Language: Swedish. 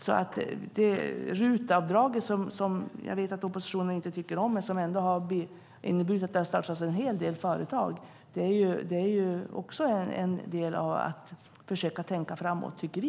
RUT-avdraget, som jag vet att oppositionen inte tycker om, har inneburit att det har startats en hel del företag. Det är också en del av att försöka tänka framåt, tycker vi.